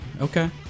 Okay